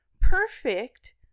Perfect